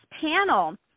panel